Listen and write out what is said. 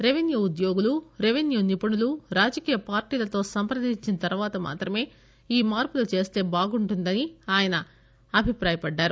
revenue ఉద్యోగులు revenue నిపుణులు రాజకీయ పార్టీలతో సంప్రదించిన తర్వాత మాత్రమే ఈ మార్పులు చేస్త బాగుంటుందని ఆయన అభిప్రాయపడ్డారు